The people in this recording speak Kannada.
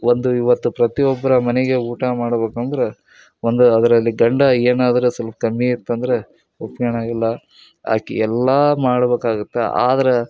ಒಂದು ಇವತ್ತು ಪ್ರತಿಯೊಬ್ಬರ ಮನೆಗೆ ಊಟ ಮಾಡ್ಬೇಕ್ ಅಂದ್ರೆ ಒಂದು ಅದರಲ್ಲಿ ಗಂಡ ಏನಾದ್ರೂ ಸ್ವಲ್ಪ ಕಮ್ಮಿ ಇತ್ತಂದ್ರೆ ಒಪ್ಕಣಗಿಲ್ಲ ಆಕೆ ಎಲ್ಲ ಮಾಡ್ಬೇಕಾಗುತ್ತೆ ಆದ್ರೆ